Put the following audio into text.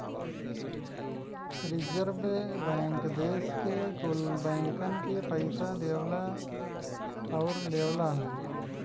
रीजर्वे bank देस के कुल बैंकन के पइसा देवला आउर लेवला